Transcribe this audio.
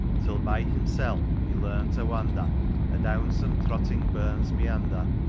till by himsel' he learned to wander, adown some trotting burn's meander,